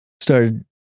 Started